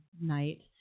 Night